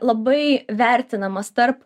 labai vertinamas tarp